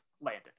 landed